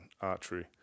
archery